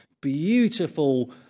beautiful –